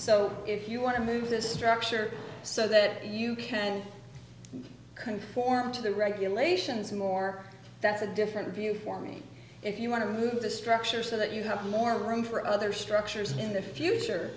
so if you want to move this structure so that you can conform to the regulations more that's a different view for me if you want to move the structure so that you have more room for other structures in the